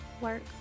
work